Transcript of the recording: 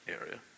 area